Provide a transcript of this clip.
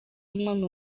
y’umwami